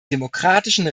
demokratischen